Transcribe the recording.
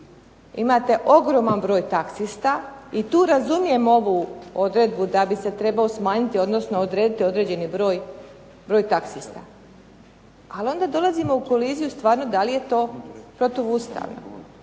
imate ogroman broj taxista i tu razumijem ovu odredbu da bi se trebao smanjiti, odnosno odrediti određeni broj taxista. Ali onda dolazimo u koliziju stvarno da li je to protuustavno.